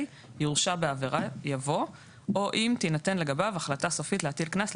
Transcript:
"יורשע בעבירה" יבוא "או אם תינתן לגביו החלטה סופית להטיל קנס,